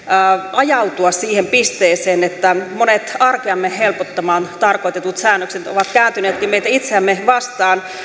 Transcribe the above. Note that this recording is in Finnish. ajautua siihen pisteeseen että monet arkeamme helpottamaan tarkoitetut säännökset ovat kääntyneetkin meitä itseämme vastaan